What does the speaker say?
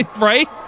Right